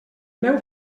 meu